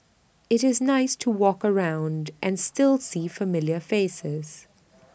IT is nice to walk around and still see familiar faces